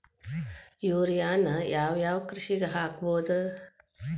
ಯೂರಿಯಾನ ಯಾವ್ ಯಾವ್ ಕೃಷಿಗ ಹಾಕ್ಬೋದ?